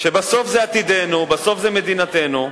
שבסוף זה עתידנו, בסוף זו מדינתנו.